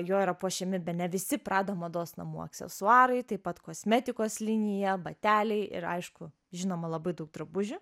juo yra puošiami bene visi prada mados namų aksesuarai taip pat kosmetikos linija bateliai ir aišku žinoma labai daug drabužių